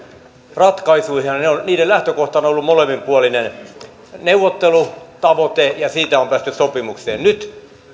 ratkaisuihin niiden lähtökohtana on ollut molemminpuolinen neuvottelutavoite ja siitä on päästy sopimukseen nyt